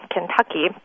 Kentucky